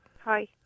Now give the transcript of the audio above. Hi